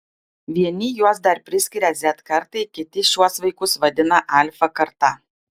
vieni juos dar priskiria z kartai kiti šiuos vaikus vadina alfa karta